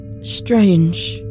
Strange